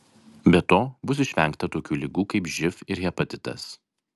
be to bus išvengta tokių ligų kaip živ ir hepatitas